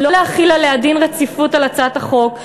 לא להחיל דין רציפות על הצעת החוק,